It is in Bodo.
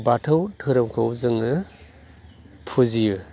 बाथौ धोरोमखौ जोङो फुजियो